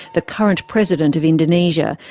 the current president of indonesia,